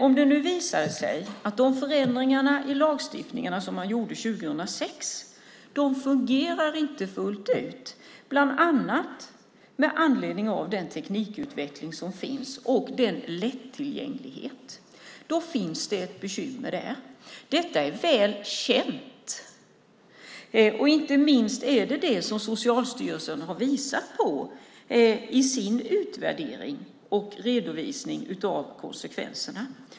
Om det visar sig att de förändringar man gjorde i lagstiftningen 2006 inte fungerar fullt ut, bland annat på grund av teknikutvecklingen och lättillgängligheten, innebär det ett bekymmer. Detta är väl känt, och Socialstyrelsen har också visat på det i sin utvärdering och redovisning av konsekvenserna.